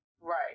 right